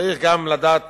צריך לדעת